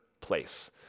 place